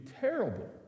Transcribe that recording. terrible